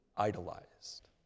idolized